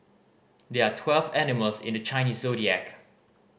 there are twelve animals in the Chinese Zodiac